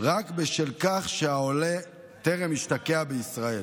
רק בשל כך שהעולה טרם השתקע בישראל.